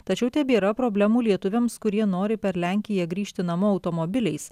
tačiau tebėra problemų lietuviams kurie nori per lenkiją grįžti namo automobiliais